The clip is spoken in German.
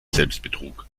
selbstbetrug